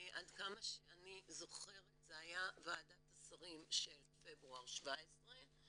עד כמה שאני זוכרת זה היה ועדת השרים של פברואר 2017,